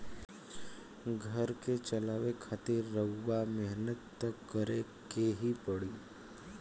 घर के चलावे खातिर रउआ मेहनत त करें के ही पड़ी